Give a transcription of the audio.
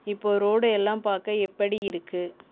இப்போ ரோடு எல்லாம் பார்க்க எப்படி இருக்கு